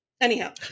Anyhow